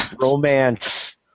romance